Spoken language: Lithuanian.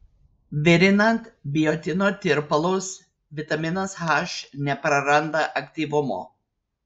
virinant biotino tirpalus vitaminas h nepraranda aktyvumo